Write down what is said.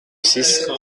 six